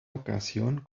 ocasión